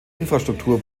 infrastruktur